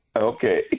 Okay